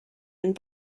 and